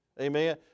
amen